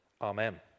Amen